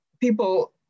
people